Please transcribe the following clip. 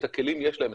את הכלים יש להם,